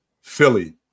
Philly